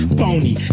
Phony